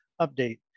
update